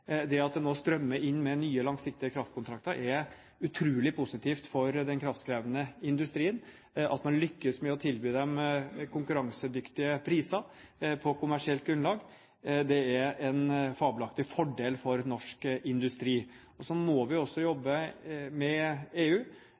Det at det nå strømmer inn med nye, langsiktige kraftkontrakter, er utrolig positivt for den kraftkrevende industrien. At man lykkes med å tilby dem konkurransedyktige priser på kommersielt grunnlagt, er en fabelaktig fordel for norsk industri. Så må vi også jobbe med EU